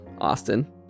Austin